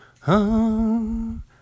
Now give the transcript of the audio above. Home